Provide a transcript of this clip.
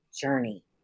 journey